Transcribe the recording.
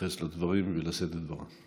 להתייחס לדברים ולשאת את דברה.